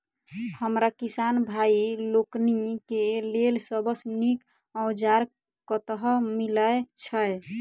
हमरा किसान भाई लोकनि केँ लेल सबसँ नीक औजार कतह मिलै छै?